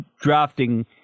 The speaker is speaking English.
drafting